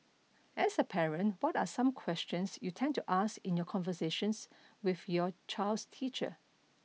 as a parent what are some questions you tend to ask in your conversations with your child's teacher